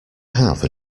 have